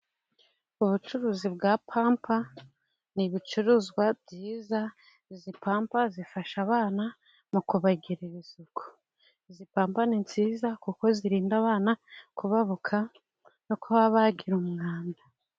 Ubucuruzi bwa pampa ni ibicuruzwa byiza, izi pampa zifasha abana mu kubagirira isuku, izi pampa ni nziza kuko zirinda abana kubabuka no kuba bagira umwanda.